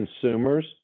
consumers